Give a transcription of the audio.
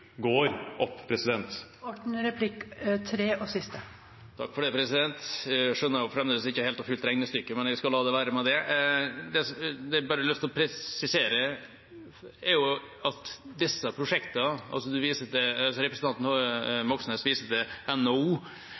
går opp. Jeg skjønner fremdeles ikke helt og fullt regnestykket, men jeg skal la det være med det. Det jeg bare har lyst til å presisere, er at representanten Moxnes viser til NHO, men det er langt flere enn NHO